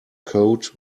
coat